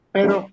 Pero